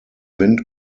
wind